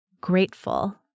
grateful